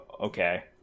Okay